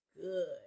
good